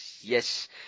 Yes